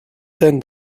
tan